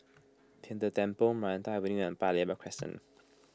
Tian De Temple Maranta Avenue and Paya Lebar Crescent